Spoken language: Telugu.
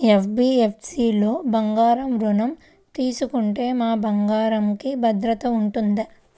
ఎన్.బీ.ఎఫ్.సి లలో బంగారు ఋణం తీసుకుంటే మా బంగారంకి భద్రత ఉంటుందా?